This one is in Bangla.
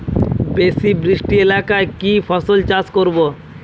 বেশি বৃষ্টি এলাকায় কি ফসল চাষ করব?